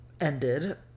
ended